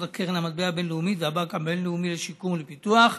קרן המטבע הבין-לאומית והבנק הבין-לאומי לשיקום ולפיתוח,